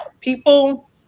People